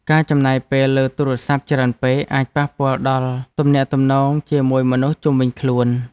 ការចំណាយពេលលើទូរស័ព្ទច្រើនពេក អាចប៉ះពាល់ដល់ទំនាក់ទំនងជាមួយមនុស្សជុំវិញខ្លួន។